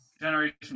Generation